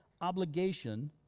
obligation